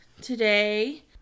today